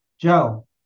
Joe